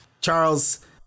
Charles